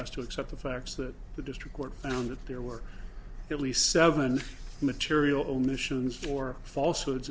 has to accept the facts that the district court found that there were at least seven material on missions or false words